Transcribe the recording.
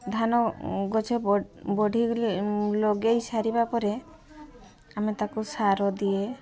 ଧାନ ଗଛ ବଢ଼ି ଲଗାଇ ସାରିବା ପରେ ଆମେ ତାକୁ ସାର ଦିଏ